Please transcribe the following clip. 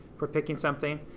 for picking something.